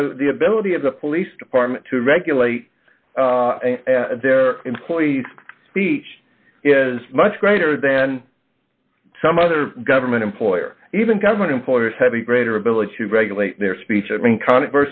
right the ability of the police department to regulate their employees speech is much greater than some other government employee or even government employers have a greater ability to regulate their speech i mean connick